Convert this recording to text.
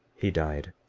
he died.